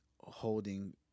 holding